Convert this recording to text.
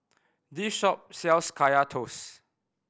this shop sells Kaya Toast